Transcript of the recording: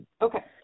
Okay